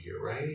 right